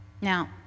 Now